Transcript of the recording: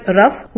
rough